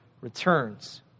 returns